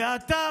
ואתה,